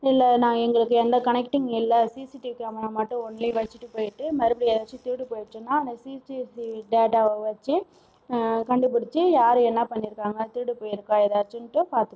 இல்லை நாங்கள் எங்களுக்கு எந்த கனெக்ட்டிங் இல்லை சிசிடிவி கேமரா மட்டும் ஒன்லி வச்சுட்டு போய்விட்டு மறுபடியும் ஏதாச்சும் திருடு போய்டுச்சுன்னால் அந்த சிசிடிவி டேட்டாவை வச்சு கண்டுப்புடிச்சு யார் என்ன பண்ணியிருக்காங்க திருடு போயிருக்கா ஏதாச்சுன்ட்டு பார்த்துப்போம்